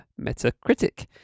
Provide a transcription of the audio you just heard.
Metacritic